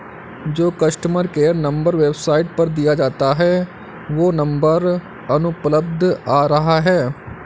जो customer care number website पर दिया है वो नंबर अनुपलब्ध आ रहा है